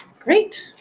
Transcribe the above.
great.